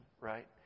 right